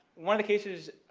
one of the cases